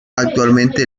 actualmente